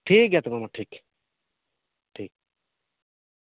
ᱴᱷᱤᱠ ᱜᱮᱭᱟ ᱛᱚᱵᱮ ᱢᱟ ᱴᱷᱤᱠ ᱴᱷᱤᱠ